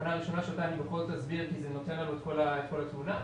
תקנה ראשונה שאותה אני בכל זאת אסביר כי זה נותן לנו את כל התמונה,